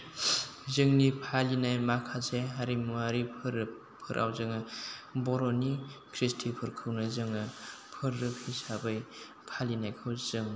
जोंनि फालिनाय माखासे हारिमुवारि फोरबो फोराव जोङो बर'नि खृष्टि फोरखौनो जोङो फोरबो हिसाबै फालिनायखौ जों